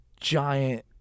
giant